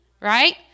right